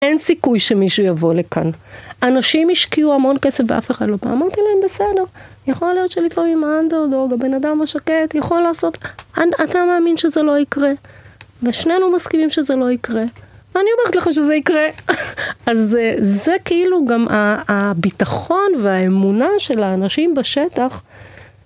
אין סיכוי שמישהו יבוא לכאן. אנשים השקיעו המון כסף ואף אחד לא בא. אמרתי להם, בסדר, יכול להיות שלפעמים האנדרדוג, הבן אדם השקט יכול לעשות. אתה מאמין שזה לא יקרה, ושנינו מסכימים שזה לא יקרה. ואני אומרת לך שזה יקרה. אז זה כאילו גם הביטחון והאמונה של האנשים בשטח.